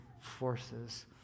forces